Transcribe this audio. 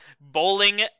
bowling